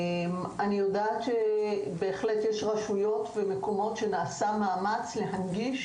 אני יודעת שבהחלט יש רשויות ומקומות שבהם נעשה להנגיש,